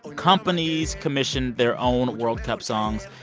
companies commission their own world cup songs.